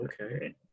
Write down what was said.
Okay